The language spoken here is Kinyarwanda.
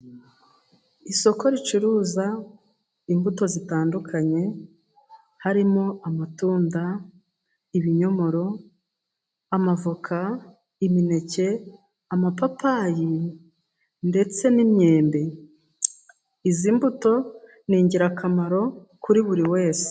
Isoko ricuruza imbuto zitandukanye harimo amatunda, ibinyomoro, amavoka, imineke, amapapayi ,ndetse n'imyembe, izi mbuto ni ingirakamaro kuri buri wese.